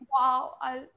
wow